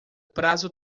prazo